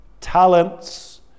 talents